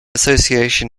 association